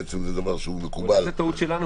אולי זאת טעות שלנו.